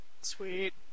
Sweet